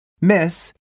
Miss